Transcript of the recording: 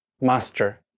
master